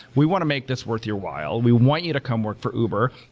we want to make this worth your while. we want you to come work for uber.